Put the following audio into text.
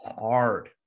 hard